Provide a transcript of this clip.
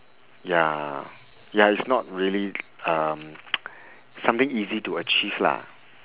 ya ya it's not really um something easy to achieve lah